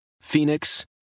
Phoenix